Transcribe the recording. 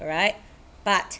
alright but